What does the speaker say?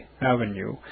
Avenue